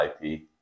IP